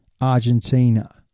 Argentina